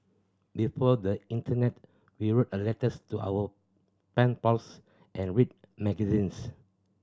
before the internet we wrote a letters to our pen pals and read magazines